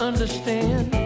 understand